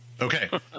Okay